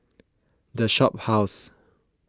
the Shophouse